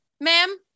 Ma'am